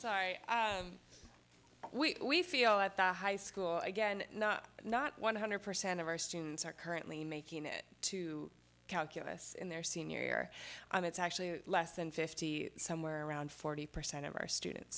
sorry we feel at the high school again not one hundred percent of our students are currently making it to calculus in their senior year and it's actually less than fifty somewhere around forty percent of our students